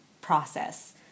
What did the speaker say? process